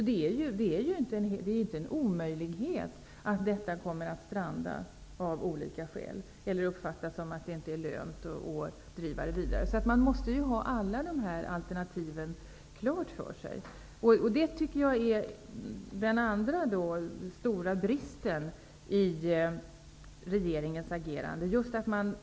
Det är inte en omöjlighet att detta av olika skäl kommer att stranda eller att man kommer att uppfatta det som att det inte är lönt att driva det vidare. Man måste ha alla dessa alternativ klart för sig. Detta är den andra stora bristen i regeringens agerande.